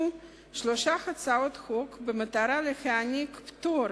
שלוש הצעות חוק שנועדו להעניק פטור